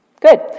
Good